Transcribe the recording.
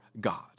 God